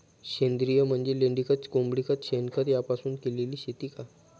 सेंद्रिय म्हणजे लेंडीखत, कोंबडीखत, शेणखत यापासून केलेली शेती का?